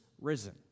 risen